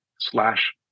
slash